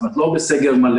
זאת אומרת לא בסגר מלא,